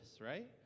right